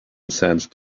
sensed